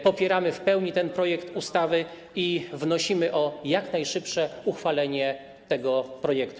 Popieramy w pełni ten projekt ustawy i wnosimy o jak najszybsze uchwalenie tego projektu.